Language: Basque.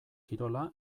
kirola